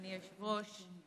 אדוני היושב-ראש,